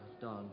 done